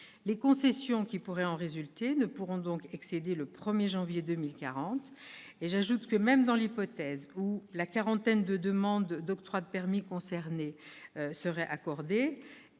Les concessions qui pourraient en résulter ne pourront donc excéder le 1 janvier 2040. J'ajoute que, même dans l'hypothèse où la quarantaine de demandes d'octroi de permis concernées serait accordée,